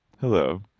hello